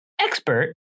Expert